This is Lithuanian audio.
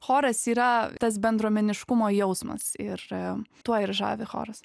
choras yra tas bendruomeniškumo jausmas ir tuo ir žavi choras